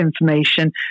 information